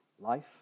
life